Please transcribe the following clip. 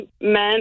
men